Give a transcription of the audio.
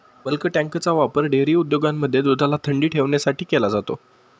bulk टँकचा वापर dairy उद्योगांमध्ये दुधाला थंडी ठेवण्यासाठी केला जातो